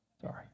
sorry